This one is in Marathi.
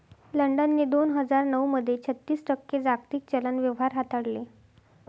लंडनने दोन हजार नऊ मध्ये छत्तीस टक्के जागतिक चलन व्यवहार हाताळले